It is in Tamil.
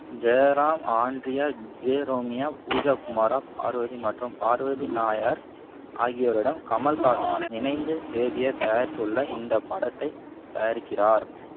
ஜெயராம் ஆண்ட்ரியா ஜெரோமியா பூஜா குமாரா பார்வதி மற்றும் பார்வதி நாயர் ஆகியோருடன் கமல்ஹாசன் இணைந்து எழுதிய தயாரித்துள்ள இந்த படத்தை தயாரிக்கிறார்